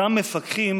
אותם מפקחים